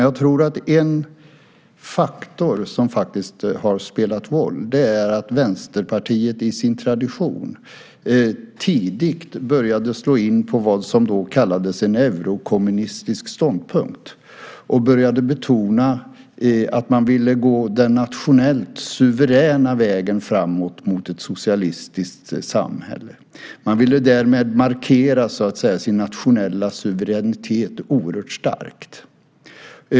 Jag tror att en faktor som faktiskt har spelat roll är att Vänsterpartiet i sin tradition tidigt började slå in på vad som då kallades för en eurokommunistisk ståndpunkt och började betona att man ville gå den nationellt suveräna vägen framåt mot ett socialistiskt samhälle. Man ville därmed så att säga markera sin nationella suveränitet oerhört starkt.